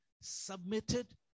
submitted